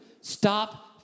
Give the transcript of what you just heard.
Stop